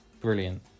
brilliant